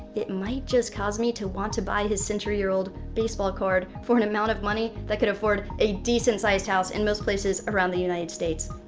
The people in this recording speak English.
it might just cause me to want to buy his century old baseball card for an amount of money that could afford a decent sized house in most places around the united states.